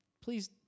please